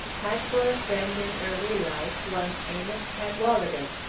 had for a friend in early life one amos cadwalader.